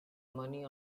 money